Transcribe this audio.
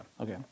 okay